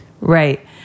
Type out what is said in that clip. Right